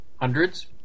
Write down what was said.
hundreds